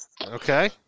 Okay